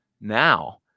Now